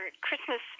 Christmas